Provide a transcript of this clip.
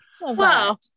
Wow